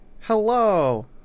Hello